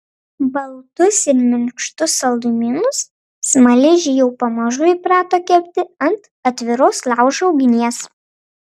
baltus ir minkštus saldumynus smaližiai jau pamažu įprato kepti ant atviros laužo ugnies